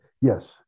Yes